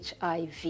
HIV